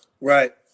Right